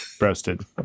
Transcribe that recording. roasted